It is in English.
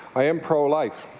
i am pro-life.